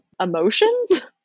emotions